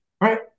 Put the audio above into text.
Right